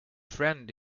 friend